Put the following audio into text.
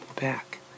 back